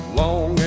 long